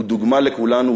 הם דוגמה לכולנו.